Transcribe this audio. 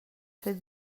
fet